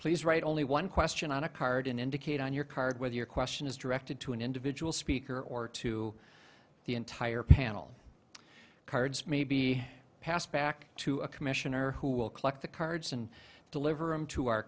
please write only one question on a card in indicate on your card with your question is directed to an individual speaker or to the entire panel cards may be passed back to a commissioner who will collect the cards and deliver him to our